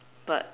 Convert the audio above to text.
but